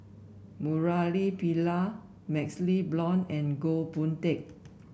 Murali Pillai MaxLe Blond and Goh Boon Teck